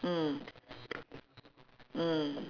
mm mm